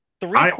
Three